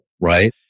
right